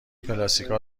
پلاستیکها